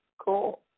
Cool